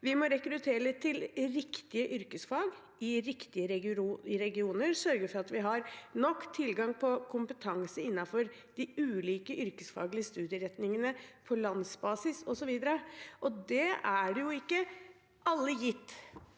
Vi må rekruttere til riktige yrkesfag i riktige regioner, sørge for at vi har nok tilgang på kompetanse innenfor de ulike yrkesfaglige studieretningene på landsbasis osv. Det er ikke alle gitt